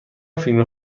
فیلم